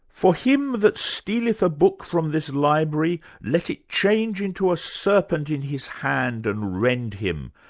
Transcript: for him that stealeth a book from this library, let it change into a serpent in his hand, and rend him.